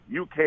UK